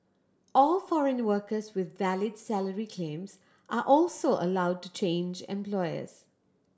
all foreign workers with valid salary claims are also allowed to change employers